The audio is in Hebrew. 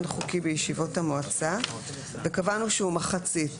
חוקי בישיבות המועצה וקבענו שהוא מחצית,